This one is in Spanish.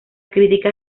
críticas